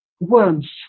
worms